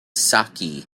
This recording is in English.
saké